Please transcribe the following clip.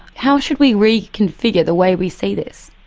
how should we reconfigure the way we see this?